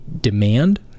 demand